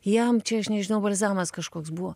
jam čia aš nežinau balzamas kažkoks buvo